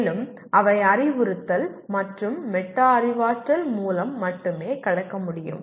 மேலும் அவை அறிவுறுத்தல் மற்றும் மெட்டா அறிவாற்றல் மூலம் மட்டுமே கடக்க முடியும்